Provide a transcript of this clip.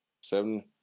seven